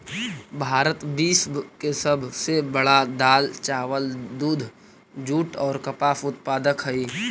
भारत विश्व के सब से बड़ा दाल, चावल, दूध, जुट और कपास उत्पादक हई